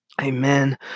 amen